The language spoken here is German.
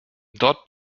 dort